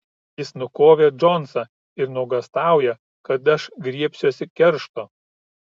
jis nukovė džonsą ir nuogąstauja kad aš griebsiuosi keršto